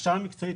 הכשרה מקצועית,